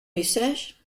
message